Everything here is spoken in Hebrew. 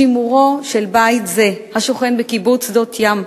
שימורו של בית זה השוכן בקיבוץ שדות-ים,